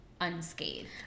unscathed